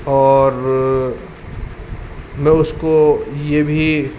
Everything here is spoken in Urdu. اور میں اس کو یہ بھی